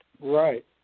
Right